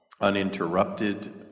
uninterrupted